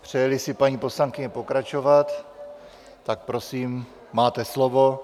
Přejeli si paní poslankyně pokračovat, tak prosím, máte slovo.